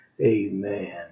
Amen